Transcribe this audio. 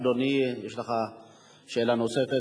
אדוני, יש לך שאלה נוספת?